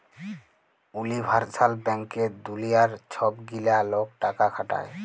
universal ব্যাংকে দুলিয়ার ছব গিলা লক টাকা খাটায়